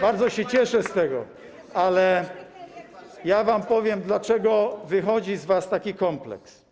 Bardzo się cieszę z tego, ale ja wam powiem, dlaczego wychodzi z was taki kompleks.